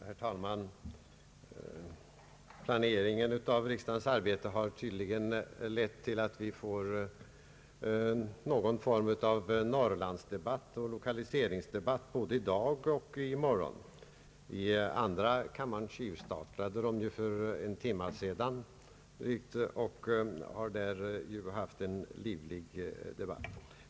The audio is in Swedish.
Herr talman! Planeringen av riksdagens arbete har tydligen lett till att vi får någon form av norrlandsdebatt och lokaliseringsdebatt både i dag och i morgon. I andra kammaren tjuvstartade man för en timme sedan och har där haft en livlig debatt.